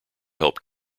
help